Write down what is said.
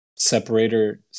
separator